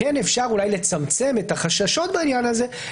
כן אפשר אולי לצמצם את החששות בעניין הזה,